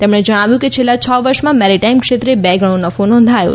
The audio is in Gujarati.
તેમણે જણાવ્યું કે છેલ્લા છ વર્ષમાં મેરીટાઇમ ક્ષેત્રે બેગણો નફો નોંધાયો છે